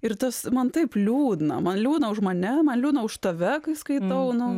ir tas man taip liūdna man liūdna už mane man liūdna už tave kai skaitau nu